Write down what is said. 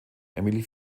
emilie